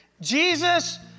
Jesus